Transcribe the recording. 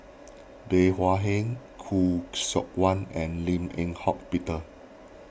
Bey Hua Heng Khoo Seok Wan and Lim Eng Hock Peter